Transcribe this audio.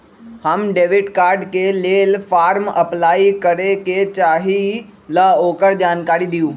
हम debit card के लेल फॉर्म अपलाई करे के चाहीं ल ओकर जानकारी दीउ?